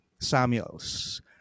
Samuels